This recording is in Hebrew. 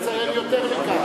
צריכים לציין יותר מכך: